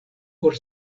por